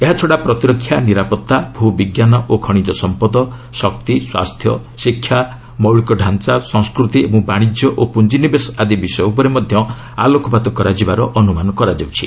ଏହାଛଡ଼ା ପ୍ରତିରକ୍ଷା ନିରାପତ୍ତା ଭୂବିଜ୍ଞାନ ଓ ଖଶିଜ ସମ୍ପଦ ଶକ୍ତି ସ୍ୱାସ୍ଥ୍ୟ ଶିକ୍ଷା ମୌଳିକ ଡାଞ୍ଚା ସଂସ୍କୃତି ଏବଂ ବାଣିଜ୍ୟ ଓ ପୁଞ୍ଜିନିବେଶ ଆଦି ବିଷୟ ଉପରେ ମଧ୍ୟ ଆଲୋକପାତ କରାଯିବାର ଅନୁମାନ କରାଯାଉଛି